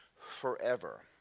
forever